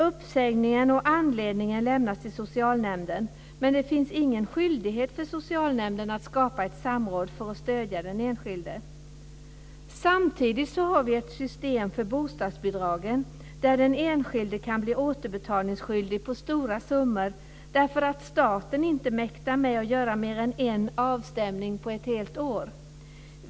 Uppsägningen och anledningen lämnas till socialnämnden, men det finns ingen skyldighet för socialnämnden att skapa ett samråd för att stödja den enskilde. Samtidigt har vi ett system för bostadsbidragen där den enskilde kan bli återbetalningsskyldig av stora summor därför att staten inte mäktar med att göra mer än en avstämning på ett helt år.